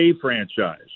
franchise